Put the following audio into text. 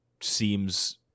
seems